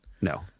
No